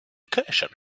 recursion